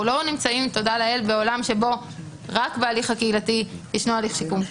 אנחנו לא נמצאים בעולם שבו רק בהליך הקהילתי ישנו הליך שיקום.